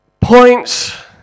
points